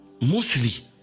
mostly